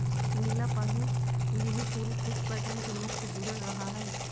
नीला पानी लिली फूल पुष्प पैटर्न के नोक से जुडल रहा हइ